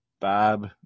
Bob